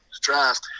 draft